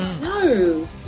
No